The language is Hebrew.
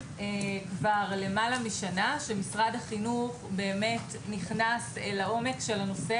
למעלה משנה שמשרד החינוך נכנס לעומק הנושא